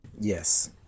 yes